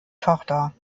tochter